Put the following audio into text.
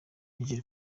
hejuru